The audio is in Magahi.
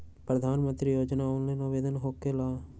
प्रधानमंत्री योजना ऑनलाइन आवेदन होकेला?